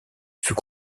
fut